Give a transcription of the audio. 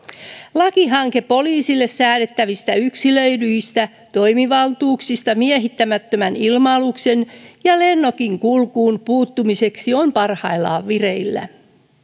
lakihanke poliisille säädettävistä yksilöidyistä toimivaltuuksista miehittämättömän ilma aluksen ja lennokin kulkuun puuttumiseksi on parhaillaan vireillä